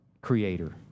creator